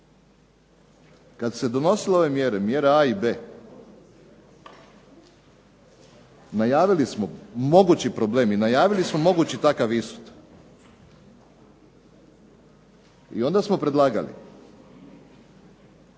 su se donosile ove mjere, mjere A i B, najavili smo mogući problem i najavili smo mogući takav ishod. I onda smo predlagali